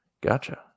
gotcha